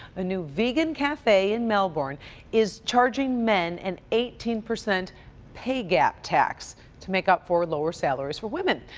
a new vegan cafe in melbourne is charging men an eighteen percent pay gap tax to make up for lower salaries for women.